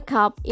Cup